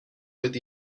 with